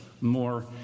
more